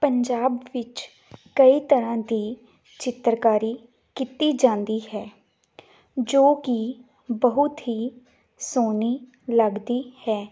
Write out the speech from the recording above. ਪੰਜਾਬ ਵਿੱਚ ਕਈ ਤਰ੍ਹਾਂ ਦੀ ਚਿੱਤਰਕਾਰੀ ਕੀਤੀ ਜਾਂਦੀ ਹੈ ਜੋ ਕਿ ਬਹੁਤ ਹੀ ਸੋਹਣੀ ਲੱਗਦੀ ਹੈ